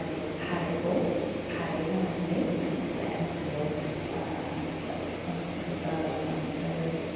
खारै खारैखौ खारै होनानै एनिफ्राय आं बेयाव संख्रे संख्रै